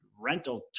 rental